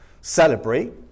celebrate